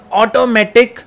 automatic